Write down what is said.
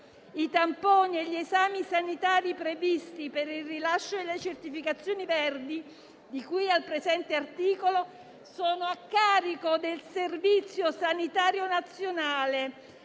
«I tamponi e gli esami sanitari previsti per il rilascio delle certificazioni verdi, di cui al presente articolo, sono a carico del Servizio sanitario nazionale.